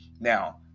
Now